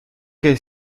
que